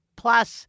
plus